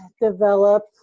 develop